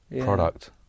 product